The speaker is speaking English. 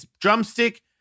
drumstick